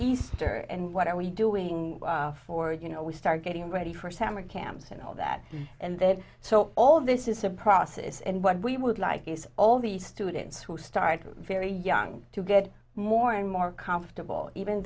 easter and what are we doing for you know we start getting ready for summer camps and all that and then so all of this is a process and what we would like is all these students who started very young to get more and more comfortable even